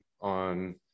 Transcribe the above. on